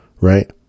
right